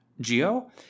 geo